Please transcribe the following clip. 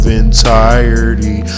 entirety